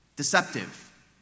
deceptive